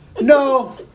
No